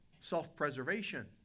Self-preservation